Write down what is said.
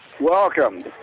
Welcome